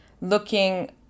looking